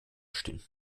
stehen